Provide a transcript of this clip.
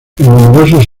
numerosos